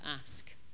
ask